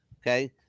okay